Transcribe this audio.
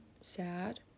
sad